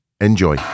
Enjoy